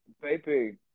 baby